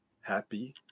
happy